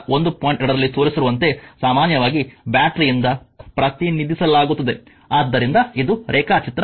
2 ರಲ್ಲಿ ತೋರಿಸಿರುವಂತೆ ಸಾಮಾನ್ಯವಾಗಿ ಬ್ಯಾಟರಿಯಿಂದ ಪ್ರತಿನಿಧಿಸಲಾಗುತ್ತದೆ ಆದ್ದರಿಂದ ಇದು ರೇಖಾಚಿತ್ರ 1